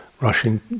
rushing